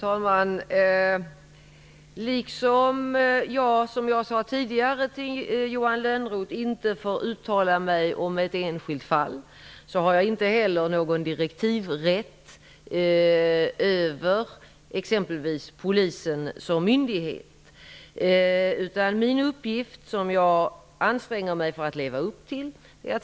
Fru talman! Jag sade tidigare till Johan Lönnroth att jag inte får uttala mig om ett enskilt fall. Jag har inte heller någon direktivrätt över exempelvis Polisen som myndighet. Min uppgift är att se på eventuella brister i lagstiftningen, och jag anstränger mig för att leva upp till den.